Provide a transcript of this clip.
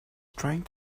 trying